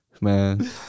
Man